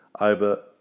over